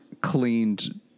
cleaned